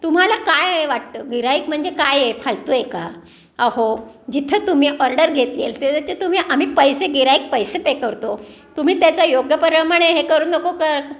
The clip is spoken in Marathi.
तुम्हाला काय वाटतं गिऱ्हाईक म्हणजे काय आहे फालतू आहे का अहो जिथं तुम्ही ऑर्डर घेतले आहेत ते त्याचे तुम्ही आम्ही पैसे गिऱ्हाईक पैसे पे करतो तुम्ही त्याचा योग्यप्रमाणे हे करू नको का